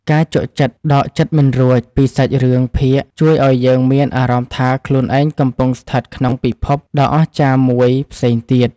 ការជក់ចិត្តដកចិត្តមិនរួចពីសាច់រឿងភាគជួយឱ្យយើងមានអារម្មណ៍ថាខ្លួនឯងកំពុងស្ថិតក្នុងពិភពដ៏អស្ចារ្យមួយផ្សេងទៀត។